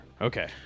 Okay